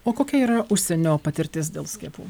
o kokia yra užsienio patirtis dėl skiepų